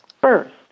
first